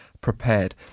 prepared